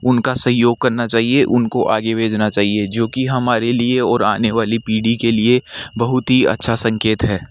उनका सहयोग करना चाहिए उनको आगे भेजना चाहिए जो कि हमारे लिए और आने वाली पीढ़ी के लिए बहुत ही अच्छा संकेत है